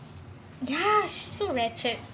she so wretched